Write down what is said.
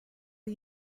are